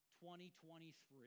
2023